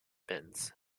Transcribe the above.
binns